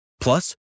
Plus